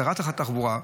שרת התחבורה,